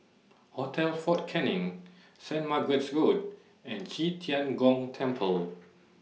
Hotel Fort Canning Saint Margaret's Road and Qi Tian Gong Temple